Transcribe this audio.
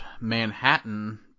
Manhattan